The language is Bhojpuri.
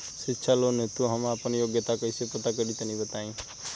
शिक्षा लोन हेतु हम आपन योग्यता कइसे पता करि तनि बताई?